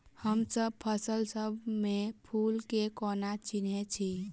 हमसब फसल सब मे फूल केँ कोना चिन्है छी?